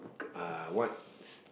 k~ uh what